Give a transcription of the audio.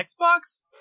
Xbox